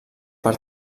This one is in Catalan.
per